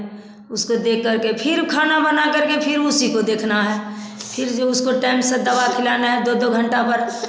उसको दे करके फिर खाना बना करके फिर उसी को देखना है फिर जो उसको टाइम से दवा खिलाना है दो दो घंटा पर